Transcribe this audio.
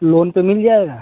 loan पर मिल जाएगा